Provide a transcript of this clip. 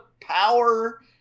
power